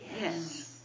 Yes